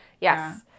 Yes